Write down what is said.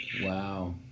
Wow